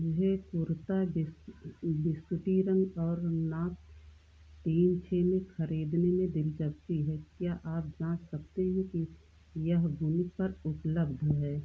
मुझे कुर्ता बिस्कुटी रंग और नाप तीन छः में ख़रीदने में दिलचस्पी है क्या आप जाँच सकते हैं कि यह वूनिक पर उपलब्ध है